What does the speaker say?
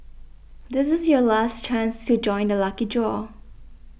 this is your last chance to join the lucky draw